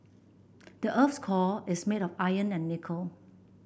the earth's core is made of iron and nickel